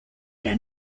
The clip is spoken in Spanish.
era